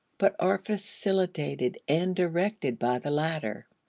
but are facilitated and directed by the latter.